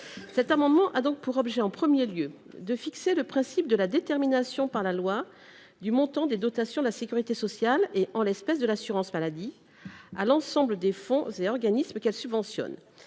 cet amendement est double. D’une part, il tend à fixer le principe de la détermination par la loi du montant des dotations de la sécurité sociale, en l’espèce de l’assurance maladie, à l’ensemble des fonds et organismes qu’elle subventionne.